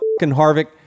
Harvick